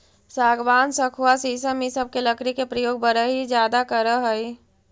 सागवान, सखुआ शीशम इ सब के लकड़ी के प्रयोग बढ़ई ज्यादा करऽ हई